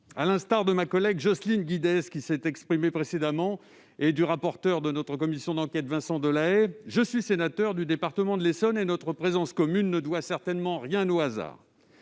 je suis, comme ma collègue Jocelyne Guidez, qui s'est exprimée précédemment, et le rapporteur de notre commission d'enquête, Vincent Delahaye, sénateur du département de l'Essonne, et notre présence commune dans l'hémicycle ne doit certainement rien au hasard.